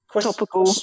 topical